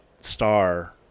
star